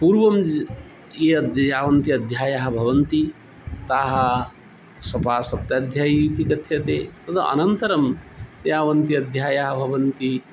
पूर्वं यत् यद् यावन्ति अध्यायाः भवन्ति ताः सपा सप्ताध्यायी इति कथ्यते तद् अनन्तरं यावन्ति अध्यायाः भवन्ति